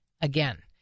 again